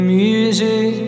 music